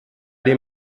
dem